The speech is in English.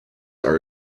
are